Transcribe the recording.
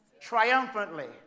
triumphantly